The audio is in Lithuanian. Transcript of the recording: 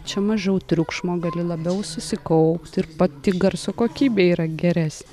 čia mažiau triukšmo gali labiau susikaupt ir pati garso kokybė yra geres